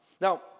Now